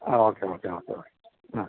ആ okay okay okay ആ